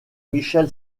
michel